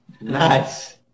Nice